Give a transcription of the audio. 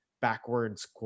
backwards